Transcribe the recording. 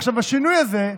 עכשיו השינוי הזה,